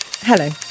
Hello